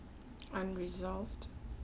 unresolved